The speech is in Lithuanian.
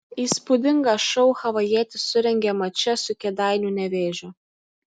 įspūdingą šou havajietis surengė mače su kėdainių nevėžiu